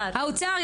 האוצר.